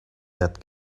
that